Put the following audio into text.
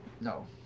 No